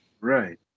right